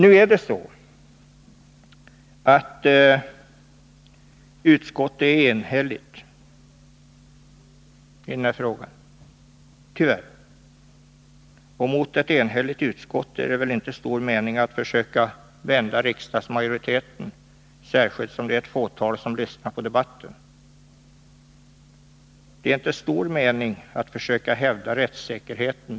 Utskottet är enhälligt i den här frågan — tyvärr. Mot ett enhälligt utskott är det inte stor mening att försöka vända riksdagsmajoritetens uppfattning, särskilt som det är ett fåtal ledamöter som lyssnar på debatten. Det är då inte stor mening att försöka hävda rättssäkerheten.